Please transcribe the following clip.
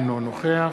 אינו נוכח